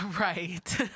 Right